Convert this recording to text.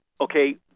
Okay